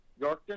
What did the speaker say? Yorkton